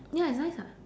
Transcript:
ya it's nice ah